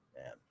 Man